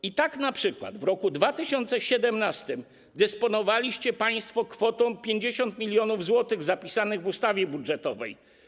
I tak np. w roku 2017 dysponowaliście państwo kwotą 50 mln zł zapisaną w ustawie budżetowej.